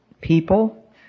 people